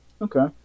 Okay